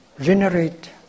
generate